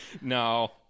No